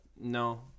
no